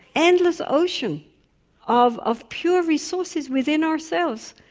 endless ocean of of pure resources within ourselves.